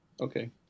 Okay